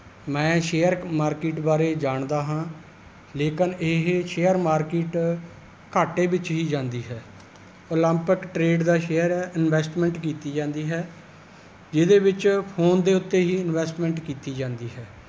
ਮੈਂ share market ਬਾਰੇ ਜਾਣਦਾ ਹਾਂ ਲੇਕਿਨ ਇਹ ਸ਼ੇਅਰ ਮਾਰਕਿਟ ਘਾਟੇ ਵਿੱਚ ਹੀ ਜਾਂਦੀ ਹੈ ਉਲਿੰਪ ਟਰੇਡ ਦਾ ਸ਼ੇਅਰ ਹੈ ਇਨਵੈਸਟਮੈਂਟ ਕੀਤੀ ਜਾਂਦੀ ਹੈ ਜਿਹਦੇ ਵਿੱਚ ਫੋਨ ਦੇ ਉੱਤੇ ਹੀ ਇਨਵੈਸਟਮੈਂਟ ਕੀਤੀ ਜਾਂਦੀ ਹੈ